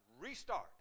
Restart